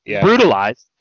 brutalized